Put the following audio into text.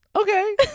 okay